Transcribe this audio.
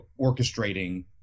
orchestrating